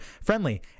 friendly